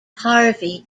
harvey